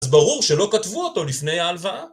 אז ברור שלא כתבו אותו לפני האלווה?